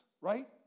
right